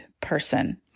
person